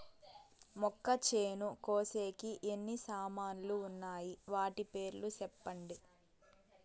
మొక్కచేను కోసేకి ఎన్ని సామాన్లు వున్నాయి? వాటి పేర్లు సెప్పండి?